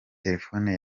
telefone